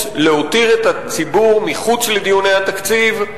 להותיר את הציבור מחוץ לדיוני התקציב.